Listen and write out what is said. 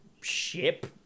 ship